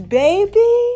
baby